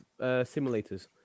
simulators